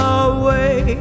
away